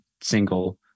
single